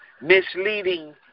misleading